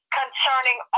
concerning